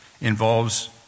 involves